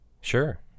Sure